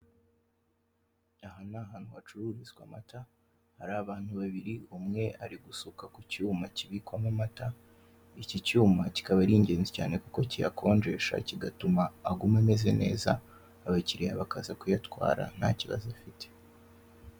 Aha ni ahantu hacururizwa amata, hari abantu babiri, umwe ari gusuka ku cyuma kibikwamo amata, iki cyuma kikaba ari ingenzi cyane kuko kiyakonjesha kigatuma aguma ameze neza, abakiriya bakaza kuyatwara nta kibazo afite.